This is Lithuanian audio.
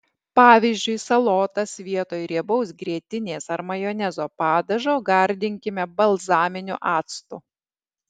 pavyzdžiui salotas vietoj riebaus grietinės ar majonezo padažo gardinkime balzaminiu actu